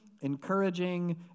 encouraging